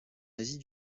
asie